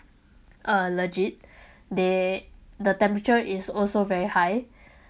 uh legit they the temperature is also very high